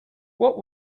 what